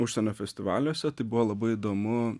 užsienio festivaliuose tai buvo labai įdomu